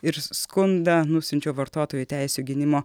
ir skundą nusiunčiau vartotojų teisių gynimo